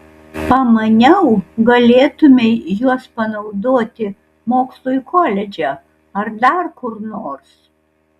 pamaniau galėtumei juos panaudoti mokslui koledže ar dar kur nors